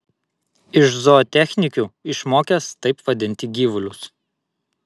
iš zootechnikių išmokęs taip vadinti gyvulius